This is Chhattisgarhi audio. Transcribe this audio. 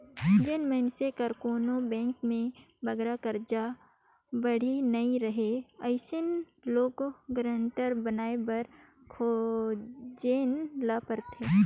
जेन मइनसे कर कोनो बेंक में बगरा करजा बाड़ही नी रहें अइसन लोन गारंटर बनाए बर खोजेन ल परथे